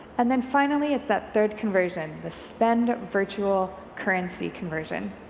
and then finally it's that third conversion, the spend virtual currency conversion.